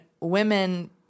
women